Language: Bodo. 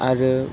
आरो